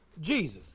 Jesus